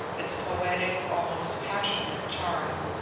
its poetic, almost passionate charm.